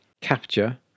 capture